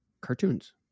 cartoons